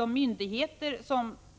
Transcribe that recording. De myndigheter